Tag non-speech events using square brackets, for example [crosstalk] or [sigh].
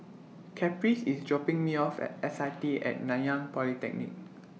Caprice IS dropping Me off At S I T At Nanyang Polytechnic [noise]